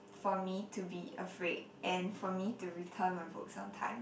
for me to be afraid and for me to return my books on time